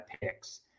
picks